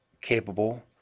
capable